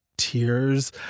tears